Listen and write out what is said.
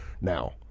now